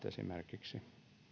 esimerkiksi sosiaaliviranomaiset